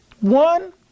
One